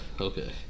Okay